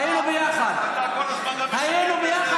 היינו ביחד, אמסלם.